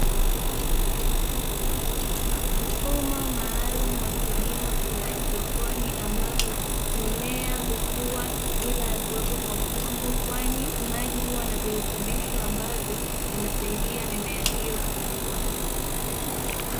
Mfumo maalumu wa kilimo cha haidroponi, ambapo mimea hukua bila kuwepo kwa udongo, kwani maji huwa na virutubisho ambavyo vinasaidia mimea hiyo kukua.